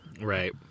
Right